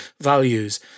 values